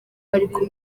ariko